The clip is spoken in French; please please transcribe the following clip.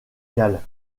galles